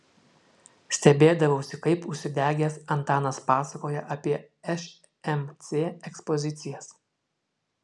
stebėdavausi kaip užsidegęs antanas pasakoja apie šmc ekspozicijas